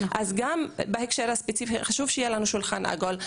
אז גם בהקשר הספציפי חשוב שיהיה לנו שולחן עגול.